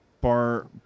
bar